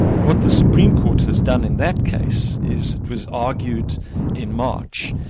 what the supreme court has done in that case is it was argued in march,